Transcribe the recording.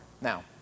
Now